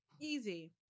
easy